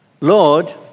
Lord